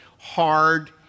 hard